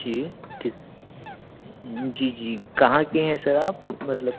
जी जी जी कहाँ के हैं सर आप मतलब